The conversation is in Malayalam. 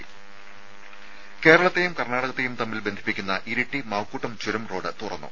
രുമ കേരളത്തെയും കർണ്ണാടകത്തെയും തമ്മിൽ ബന്ധിപ്പിക്കുന്ന ഇരിട്ടി മാക്കൂട്ടം ചുരം റോഡ് തുറന്നു